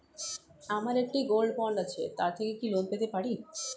আমার একটি gold bond আছে তার থেকে কি লোন পেতে পারি?